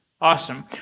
Awesome